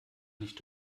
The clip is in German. nicht